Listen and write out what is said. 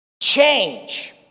change